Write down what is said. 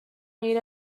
need